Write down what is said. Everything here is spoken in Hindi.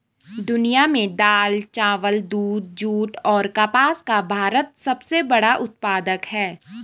दुनिया में दाल, चावल, दूध, जूट और कपास का भारत सबसे बड़ा उत्पादक है